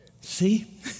See